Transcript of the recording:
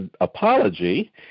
apology